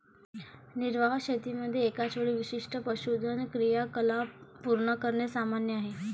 निर्वाह शेतीमध्ये एकाच वेळी विशिष्ट पशुधन क्रियाकलाप पूर्ण करणे सामान्य आहे